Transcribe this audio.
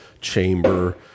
chamber